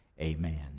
amen